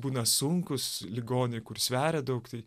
būna sunkūs ligoniai kur sveria daug tai